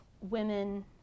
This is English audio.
women